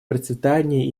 процветание